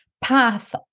path